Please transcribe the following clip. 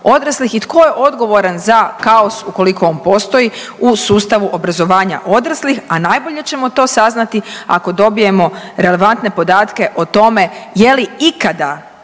i tko je odgovoran za kaos ukoliko on postoji u sustavu obrazovanja odraslih, a najbolje ćemo to saznati ako dobijemo relevantne podatke o tome je li ikada